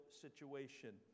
situation